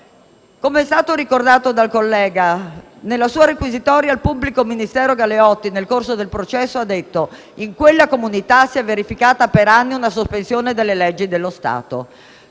Come è stato ricordato dal collega, nella sua requisitoria il pubblico ministero Galeotti, nel corso del processo ha detto: «In quella comunità si è verificata per anni una sospensione delle leggi dello Stato,